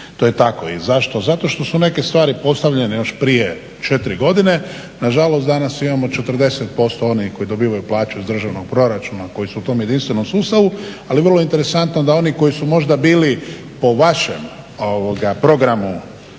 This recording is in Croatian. to je tako. Zašto? Zato što su neke stvari postavljene još prije 4 godine, nažalost danas imamo 40% onih koji dobivaju plaću iz državnog proračuna koji su u tom jedinstvenom sustavu. Ali je vrlo interesantno da su oni koji su možda bili po vašem programu